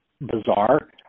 bizarre